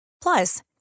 Plus